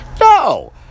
no